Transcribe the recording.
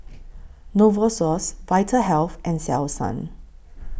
Novosource Vitahealth and Selsun